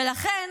ולכן